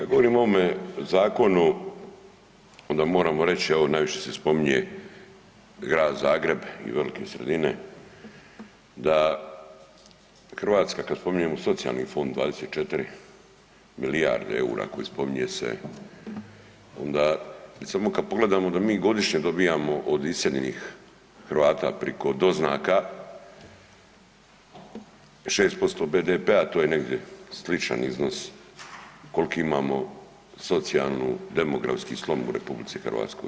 Kad govorimo o ovome zakonu, onda moramo reći, evo najviše se spominje grad Zagreb i velike sredine, da Hrvatska, kad spominjemo socijalni fond 24 milijarde eura, koje spominje se, onda samo kad pogledamo da mi godišnje dobijamo od iseljenih Hrvata priko doznaka 6% BDP-a, to je negdje sličan iznos, koliko imamo socijalnu demografski slom u RH.